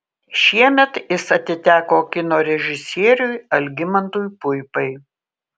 šiemet jis atiteko kino režisieriui algimantui puipai